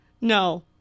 no